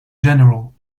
general